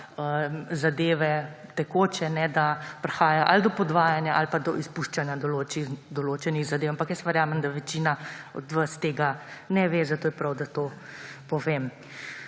zadeve tekoče, ne da prihaja ali do podvajanja ali pa do izpuščanja določenih zadev. Ampak jaz verjamem, da večina od vas tega ne ve, zato je prav, da to povem.